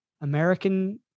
American